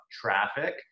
traffic